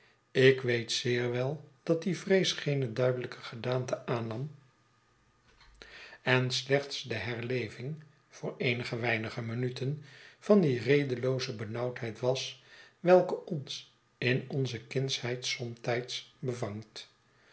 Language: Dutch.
ik weet zeer wel dat die vrees geene duidelijke gedaante aannam en slechts de herleving voor eenige weinige minuten van die redelooze benauwdheid was welke ons in onze kindsheid somtijds bevangt